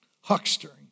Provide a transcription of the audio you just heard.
Huckstering